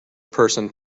person